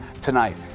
tonight